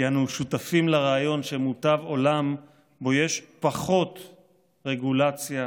כי אנו שותפים לרעיון שמוטב עולם שבו יש פחות רגולציה,